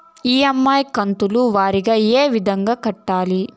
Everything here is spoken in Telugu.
ఇ.ఎమ్.ఐ కంతుల వారీగా ఏ విధంగా కట్టాలి